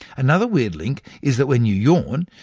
another weird link is that when you yawn,